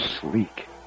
Sleek